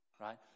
right